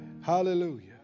Hallelujah